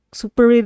super